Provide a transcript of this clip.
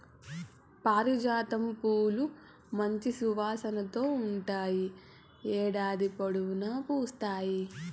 పారిజాతం పూలు మంచి సువాసనతో ఉంటాయి, ఏడాది పొడవునా పూస్తాయి